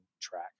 track